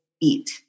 eat